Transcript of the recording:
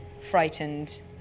frightened